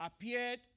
appeared